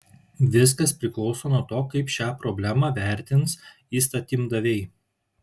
viskas priklauso nuo to kaip šią problemą vertins įstatymdaviai